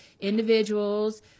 individuals